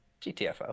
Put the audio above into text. GTFO